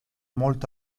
molto